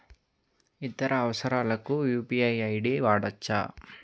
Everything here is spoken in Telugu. ఇతర అవసరాలకు యు.పి.ఐ ఐ.డి వాడవచ్చా?